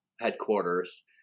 headquarters